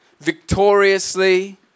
victoriously